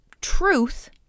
truth